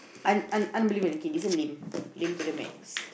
un un un unbelievable okay this one lame lame to the max